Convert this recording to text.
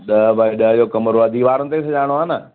ॾह बाई ॾह जो कमिरो आहे दीवारुनि ते सजाइणो आहे न